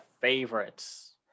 favorites